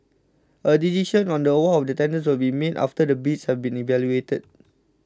a decision on the award of the tenders will be made after the bids have been evaluated